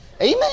Amen